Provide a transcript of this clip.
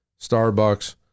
Starbucks